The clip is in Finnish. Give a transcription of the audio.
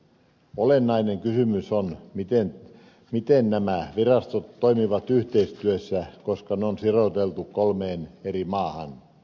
olennainen kysymys on miten nämä virastot toimivat yhteistyössä koska ne on siroteltu kolmeen eri maahan